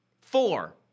Four